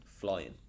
flying